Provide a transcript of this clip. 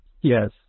Yes